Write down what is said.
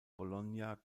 bologna